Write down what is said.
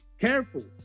careful